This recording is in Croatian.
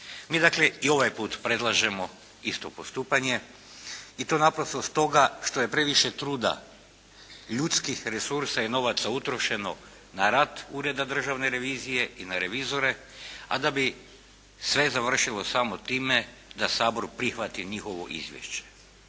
Mi dakle i ovaj puta predlažemo isto postupanje i to naprosto stoga što je previše truda ljudskih resursa i novaca utrošeno na rad Ureda državne revizije i na revizore, a da bi sve završilo samo time da Sabor prihvati njihovo izvješće.